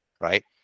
right